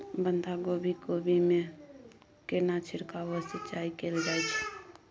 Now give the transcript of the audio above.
बंधागोभी कोबी मे केना छिरकाव व सिंचाई कैल जाय छै?